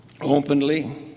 openly